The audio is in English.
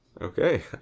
Okay